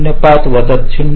05 वजा 0